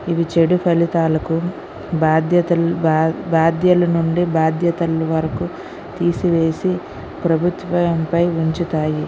ఇవి చెడు ఫలితాలకు బాధ్యతలు బాధ్యలు నుండి బాధ్యతలు వరకు తీసివేసి ప్రభుత్వంపై ఉంచుతాయి